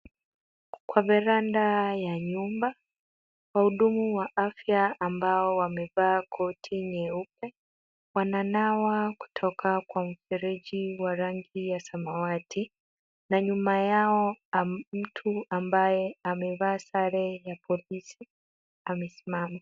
Kwa veranda ya nyumba, wahudumu wa afya ambao wamevaa koti nyeupe, wananawa kutoka kwa mfereji wa rangi ya samawati. Na nyuma yao mtu ambaye amevaa sare ya polisi, amesimama.